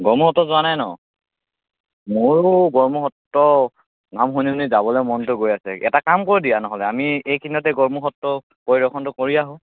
গড়মূৰ সত্ৰ যোৱা নাই ন ময়ো গড়মূৰ সত্ৰ নাম শুনি শুনি যাবলে মনটো গৈ আছে এটা কাম কৰো দিয়া নহ'লে আমি এইকেইদিনতে গড়মূৰ সত্ৰ পৰিদৰ্শনটো কৰি আহোঁ